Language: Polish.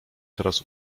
teraz